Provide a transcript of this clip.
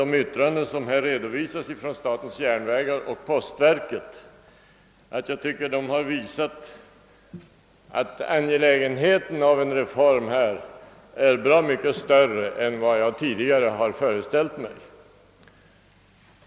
De yttranden som här redovisas från SJ och postverket har visat att angelägenheten av en reform på detta område är bra mycket större än vad jag tidigare har föreställt mig.